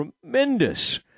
tremendous